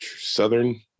Southern